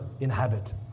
inhabit